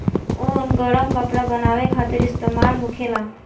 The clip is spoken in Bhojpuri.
ऊन गरम कपड़ा बनावे खातिर इस्तेमाल होखेला